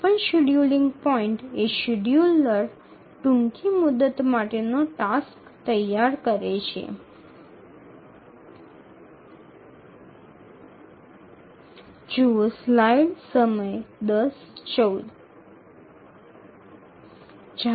કોઈપણ scheduling point એ scheduler ટૂંકી મુદત માટેનો ટાસ્ક તૈયાર કરે છે